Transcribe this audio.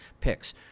picks